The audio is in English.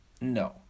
no